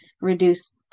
reduce